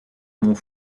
mont